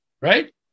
right